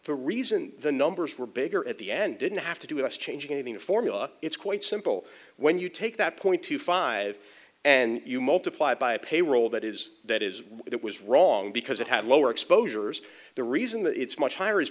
a reason the numbers were bigger at the end didn't have to do with us changing anything the formula it's quite simple when you take that point two five and you multiply it by a payroll that is that is what it was wrong because it had lower exposures the reason that it's much higher is